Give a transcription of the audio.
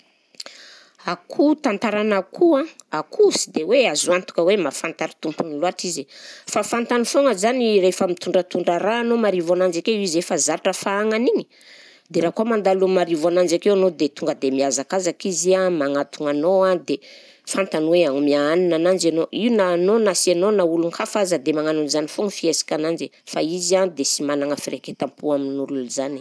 Akoho, tantaranà akoho an, akoho sy de hoe azo antoka hoe mahafantatra tompony loatra izy, fa fantany foagna zany rehefa mitondratondra raha anao marivo ananjy akeo izy efa zatra fahagnana iny, de raha koa mandalo marivo ananjy akeo anao de tonga de mihazakazaka izy a magnatogna anao a de fantany hoe hagnomià hanina ananjy anao, io na anao na sy anao na olon-kafa aza dia magnano an'izany foagna fihesika ananjy fa izy a dia sy managna firaiketam-po amin'olona izany.